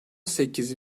sekiz